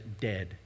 dead